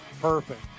Perfect